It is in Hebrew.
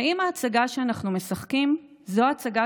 האם ההצגה שאנחנו משחקים זו ההצגה